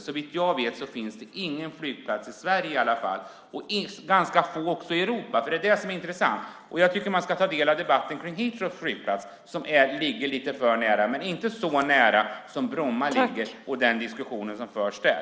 Såvitt jag vet finns det ingen flygplats i Sverige och ganska få i Europa som har ett sådant läge. Detta är intressant. Jag tycker att man ska ta del av debatten om Heathrows flygplats, som ligger lite för nära bebyggelsen. Men den ligger inte så nära som Bromma.